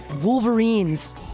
wolverines